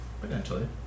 Potentially